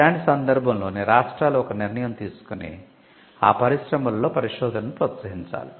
ఇలాంటి సందర్భం లోనే రాష్ట్రాలు ఒక నిర్ణయం తీసుకుని ఆ పరిశ్రమలలో పరిశోధనను ప్రోత్సహించాలి